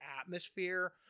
atmosphere